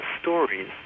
stories